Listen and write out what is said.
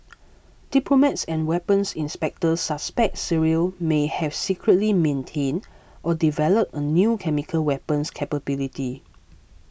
diplomats and weapons inspectors suspect Syria may have secretly maintained or developed a new chemical weapons capability